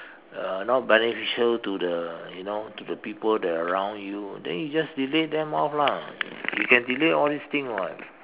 uh not beneficial to the you know to the people that around you then you just delete them off lah you can delete all these things [what]